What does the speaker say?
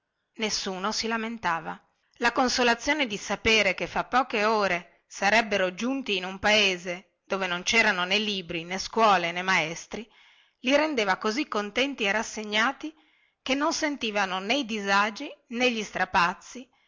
nessuno si lamentava la consolazione di sapere che fra poche ore sarebbero giunti in un paese dove non cerano né libri né scuole né maestri li rendeva così contenti e rassegnati che non sentivano né i disagi né gli strapazzi